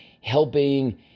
helping